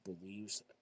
Believes